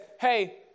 hey